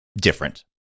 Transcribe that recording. different